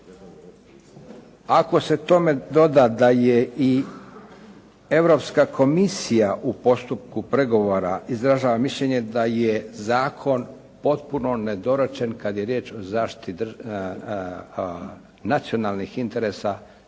Ako se tome doda da je i Europska komisija u postupku pregovora, izražava mišljenje da je zakon potpuno nedorečen kada je riječ o zaštiti nacionalnih interesa